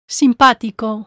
simpático